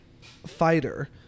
fighter